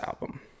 album